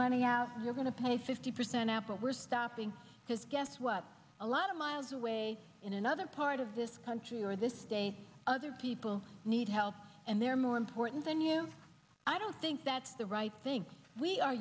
money you're going to pay fifty percent after we're stopping just guess what a lot of miles away in another part of this country or this state other people need help and they're more important than you i don't think that's the right thing we